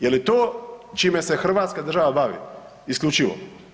Je li to čime se Hrvatska država bavi isključivo?